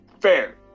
fair